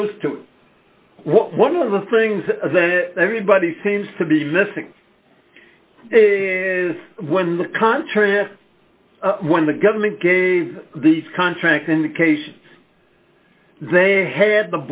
close to one of the things that everybody seems to be missing is when the contrail when the government gave these contracts indications they had